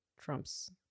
Trump's